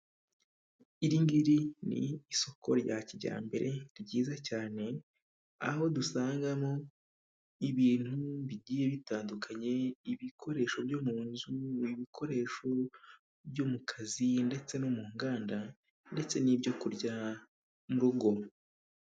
Iri ngiri ni isoko rya kijyambere ryiza cyane, aho dusangamo ibintu bigiye bitandukanye: ibikoresho byo mu nzu, ibikoresho byo mu kazi, ndetse no mu nganda, n'ibyorya mu rugo.